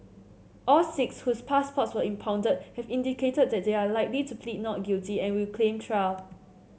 all six whose passports were impounded have indicated that they are likely to plead not guilty and will claim trial